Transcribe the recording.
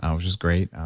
um which is great.